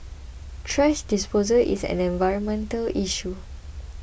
thrash disposal is an environmental issue